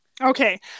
okay